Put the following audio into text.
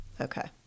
Okay